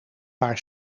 paar